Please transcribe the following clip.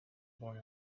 boy